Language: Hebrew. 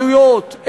בהתנחלויות,